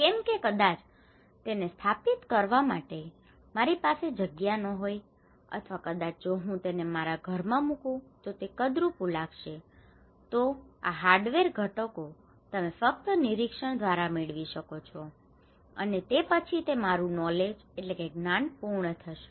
કેમ કે કદાચ તેને સ્થાપિત કરવા માટે મારી પાસે જગ્યા ન હોય અથવા કદાચ જો હું તેને મારા ઘરમાં મૂકું તો તે કદરૂપી લાગશે તો આ હાર્ડવેર ઘટકો તમે ફક્ત નિરીક્ષણ દ્વારા મેળવી શકો છો અને તે પછી તે મારું નોલેજ knowledge જ્ઞાન પૂર્ણ થશે